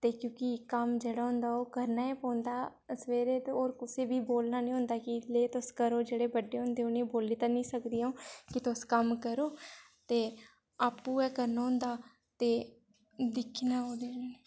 ते क्योंकि कम्म जेह्ड़ा होंदा ओह् करना गै पौंदा सवेरे ते होर कुसै बी बोलना निं होंदा के तुस करो जेह्ड़े बड्डे होंदे उ'नेंई बोल्ली ते निं सकदी अ'ऊं कि तुस कम्म करो ते आपूं गै करना होंदा ते दिक्खना ओह्दे'नै